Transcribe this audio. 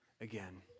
again